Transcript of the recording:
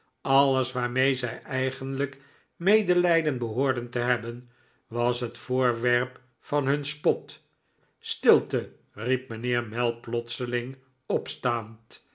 alles waarmee zij eigenlijk medelijden behoorden te hebben was het voorwerp van hun spot stilte riep mijnheer mell plotseling opstaand